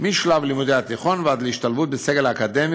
משלב לימודי התיכון ועד להשתלבות בסגל האקדמי